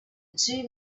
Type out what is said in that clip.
two